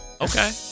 Okay